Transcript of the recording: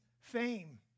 fame